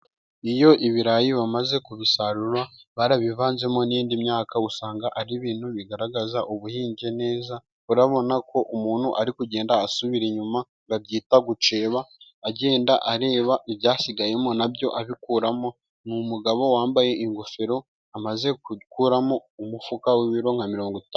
Iyo ibirayi bamaze kubisarura barabivanzemo n'indi myaka usanga ari ibintu bigaragaza ubuhinge neza, urabonako umuntu ari kugenda asubira inyuma babyita guceba agenda areba ibyasigayemo nabyo abikuramo ,ni umugabo wambaye ingofero amaze gukuramo umufuka w'ibiro nka mirongo itanu.